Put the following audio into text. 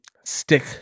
stick